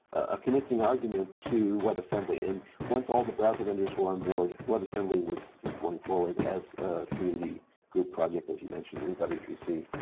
a convincing argument to webassembly. and once once all the browser vendors were onboard, webassembly was was going forward as a community group project as you mentioned in w three c,